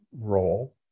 role